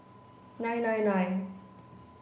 nine nine nine